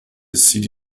city